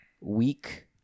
week